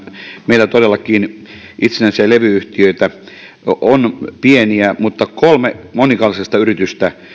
meillä todellakin on pieniä itsenäisiä levy yhtiöitä mutta kolme monikansallista yritystä